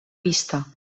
pista